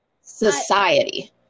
society